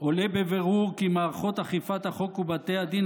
עולה בבירור כי מערכות אכיפת החוק ובתי הדין